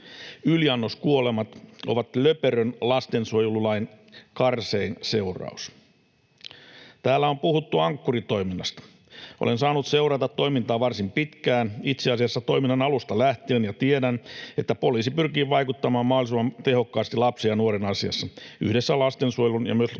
Yliannoskuolemat ovat löperön lastensuojelulain karsein seuraus. Täällä on puhuttu Ankkuri-toiminnasta. Olen saanut seurata toimintaa varsin pitkään, itse asiassa toiminnan alusta lähtien, ja tiedän, että poliisi pyrkii vaikuttamaan mahdollisimman tehokkaasti lapsen ja nuoren asiassa yhdessä lastensuojelun ja myös